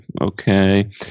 okay